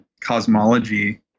cosmology